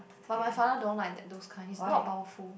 but my father don't like that those kind it's not powerful